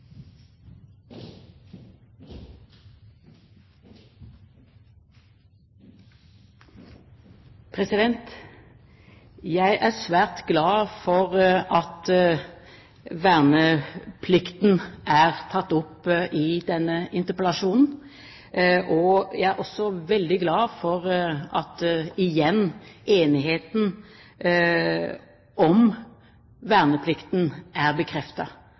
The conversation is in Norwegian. Jeg er svært glad for at verneplikten er tatt opp i denne interpellasjonen, og jeg er også veldig glad for at enigheten om verneplikten igjen er